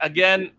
Again